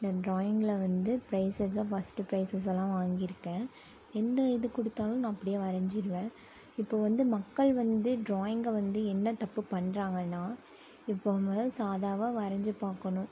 நான் டிராயிங்கில் வந்து பிரைஸ் இதில் ஃபர்ஸ்ட்டு பிரைஸஸ் எல்லாம் வாங்கியிருக்கேன் என்ன இது கொடுத்தாலும் நான் அப்படியே வரைஞ்சிருவேன் இப்போது வந்து மக்கள் வந்து டிராயிங்கை வந்து என்ன தப்பு பண்ணுறாங்கன்னா இப்போது மொதல் சாதாவாக வரைஞ்சு பார்க்கணும்